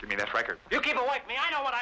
to me that record you people like me i don't want to